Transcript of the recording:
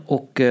Och